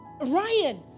Ryan